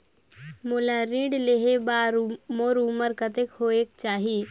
मोला ऋण लेहे बार मोर उमर कतेक होवेक चाही?